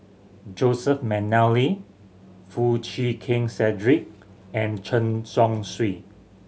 Joseph McNally Foo Chee Keng Cedric and Chen Chong Swee